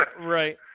Right